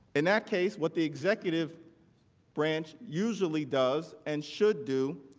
in that case, what the executive branch usually does, and should do,